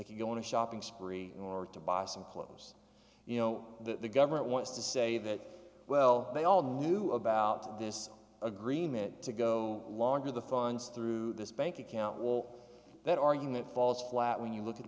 could go on a shopping spree in order to buy some clothes you know that the government wants to say that well they all knew about this agreement to go longer the funds through this bank account will that argument falls flat when you look at